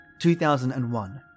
2001